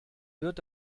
wird